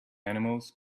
animals